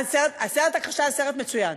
הסרט "הכחשה" זה סרט מצוין.